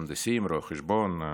מהנדסים, רואי חשבון,